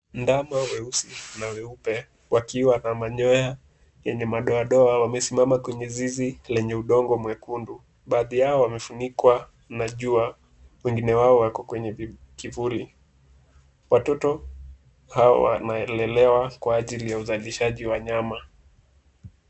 Ndama weusi na weupe wakiwa na manyoya yenye madoadoa wamesimama kwenye zizi lenye udongo mwekundu. Baadhi yao wamefunikwa na jua wengine wao wako kwenye kivuli . Watoto hawa wanalelewa kwa ajili ya uzalishaji wa nyama.